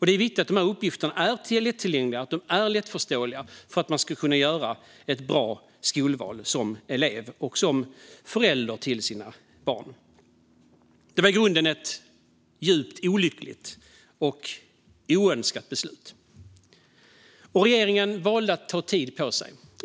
Det är viktigt att uppgifterna är lättillgängliga och lättförståeliga för att man som elev och förälder ska kunna göra ett bra skolval. Det var ett i grunden djupt olyckligt och oönskat beslut. Regeringen valde också att ta tid på sig.